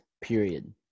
period